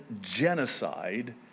genocide